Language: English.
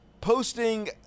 Posting